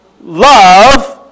love